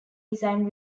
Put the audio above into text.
design